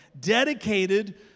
dedicated